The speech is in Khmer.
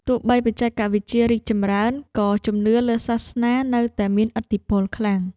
ទោះបីបច្ចេកវិទ្យារីកចម្រើន ក៏ជំនឿលើសាសនានៅតែមានឥទ្ធិពលខ្លាំង។